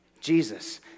Jesus